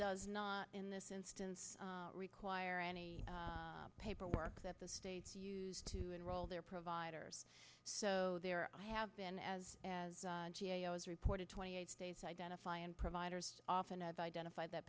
does not in this instance require any paperwork that the states use to enroll their providers so there i have been as as i was reported twenty eight states identify and providers often identify that